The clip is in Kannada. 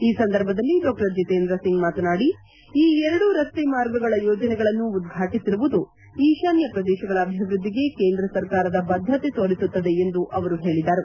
ಈ ಸಂದರ್ಭದಲ್ಲಿ ಡಾ ಜಿತೇಂದ್ರ ಸಿಂಗ್ ಮಾತನಾಡಿ ಈ ಎರಡೂ ರಸ್ತೆ ಮಾರ್ಗಗಳ ಯೋಜನೆಗಳನ್ನು ಉದ್ಗಾಟಿಸಿರುವುದು ಈತಾನ್ನ ಪ್ರದೇಶಗಳ ಅಭಿವ್ಯದ್ದಿಗೆ ಕೇಂದ್ರ ಸರ್ಕಾರದ ಬದ್ದತೆ ತೋರಿಸುತ್ತದೆ ಎಂದು ಅವರು ಹೇಳಿದರು